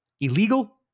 illegal